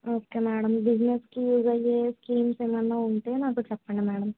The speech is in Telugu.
ఓకే మేడం బిజినెస్కి యూస్ అయ్యే స్కీమ్స్ ఏమన్న ఉంటే నాకు చెప్పండి మేడం